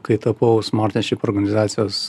kai tapau smartnership organizacijos